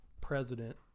president